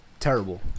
Terrible